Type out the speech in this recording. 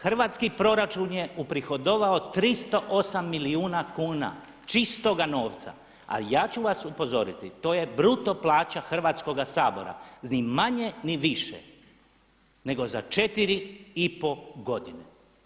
Hrvatski proračun je uprihodovao 308 milijuna kuna čistoga novca, ali ja ću vas upozoriti to je bruto plaća Hrvatskoga sabora ni manje ni više nego za 4 i pol godine.